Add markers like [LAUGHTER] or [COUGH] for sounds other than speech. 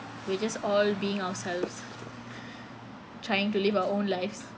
we just all being ourselves [BREATH] trying to live our own lives